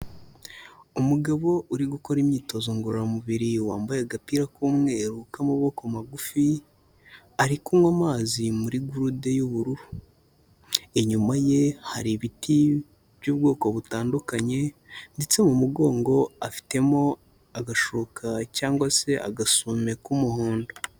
Umugabo uri gukora imyitozo ngorora mubiri wambaye agapira k'umweru k'amaboko magufi, ari kunywa amazi muri gurude y'ubururu, inyuma ye hari ibiti by'ubwoko butandukanye ndetse mu mugongo afitemo agashuka cyangwa se agasume k'umuhondo.